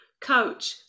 coach